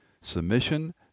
Submission